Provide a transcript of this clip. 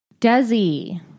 Desi